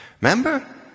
Remember